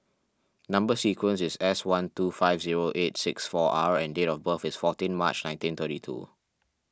Number Sequence is S one two five zero eight six four R and date of birth is fourteen March nineteen thirty two